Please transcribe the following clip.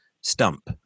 stump